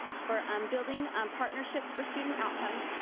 for um building um partnerships for student outcomes,